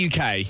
UK